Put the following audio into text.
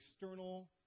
external